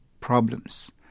problems